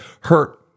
hurt